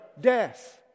death